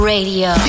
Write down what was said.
Radio